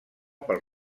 pel